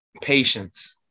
patience